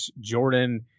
Jordan